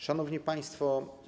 Szanowni Państwo!